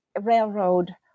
railroad